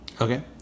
Okay